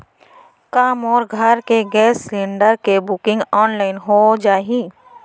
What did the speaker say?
का मोर घर के गैस सिलेंडर के बुकिंग ऑनलाइन हो जाही?